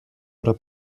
oder